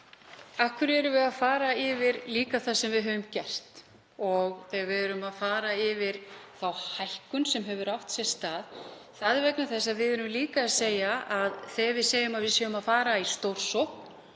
Af hverju erum við að fara yfir það sem við höfum gert og þá hækkun sem hefur átt sér stað? Það er vegna þess að við erum líka að segja að þegar við segjum að við séum að fara í stórsókn